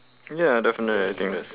ya definitely I think that's